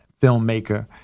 filmmaker